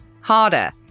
harder